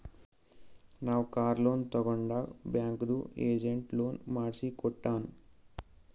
ನಾವ್ car loan ತಗೊಂಡಾಗ್ ಬ್ಯಾಂಕ್ದು ಏಜೆಂಟ್ ಲೋನ್ ಮಾಡ್ಸಿ ಕೊಟ್ಟಾನ್